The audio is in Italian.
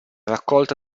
raccolta